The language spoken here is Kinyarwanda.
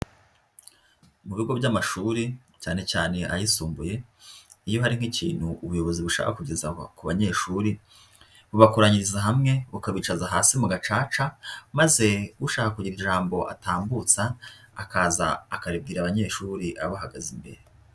Mu bigo by'amashuri cyane cyane ayisumbuye, iyo hari nk'ikintu ubuyobozi bushaka kugeza ku banyeshuri, bubakoranyiriza hamwe, bukabicaza hasi mu gacaca maze ushaka kugira ijambo atambutsa, akaza akaribwira abanyeshuri abahagaze imbere.